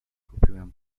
kupiłem